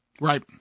Right